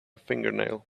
fingernail